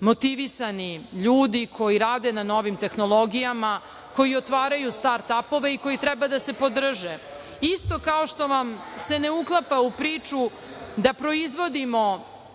motivisani ljudi koji rade na novim tehnologijama, koji otvaraju star apove i koji treba da se podrže. Isto kao što vam se ne uklapa u priču da proizvodimo